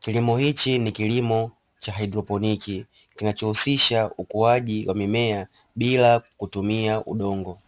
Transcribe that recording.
kilimo hichi ni kilimo cha "hydroponiki" kinachohusisha ukuaji wa mimea bila kutumia udongo.